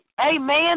Amen